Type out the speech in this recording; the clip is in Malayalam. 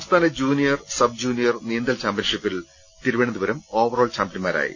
സംസ്ഥാന ജൂനിയർ സബ് ജൂനിയർ നീന്തൽ ചാമ്പ്യൻഷിപ്പിൽ തിരുവനന്തപുരം ഓവറോൾ ചാമ്പൃന്മാരായി